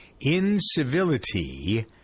incivility